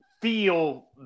feel